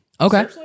Okay